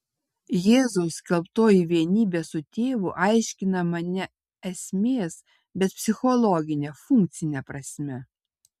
jėzaus skelbtoji vienybė su tėvu aiškinama ne esmės bet psichologine funkcine prasme